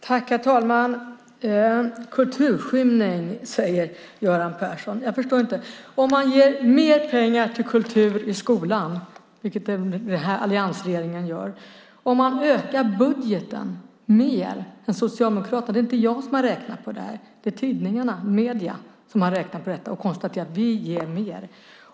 Herr talman! "Kulturskymning", säger Göran Persson. Jag förstår inte. Alliansregeringen ger mer pengar till kultur i skolan och ökar budgeten mer än Socialdemokraterna. Det är inte jag som har räknat på det här, utan det är tidningarna, medierna, som har räknat på detta och konstaterat att vi ger mer.